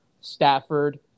Stafford